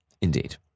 Indeed